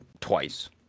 twice